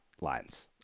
lines